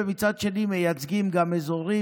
אך מצד שני מייצגים גם אזורים.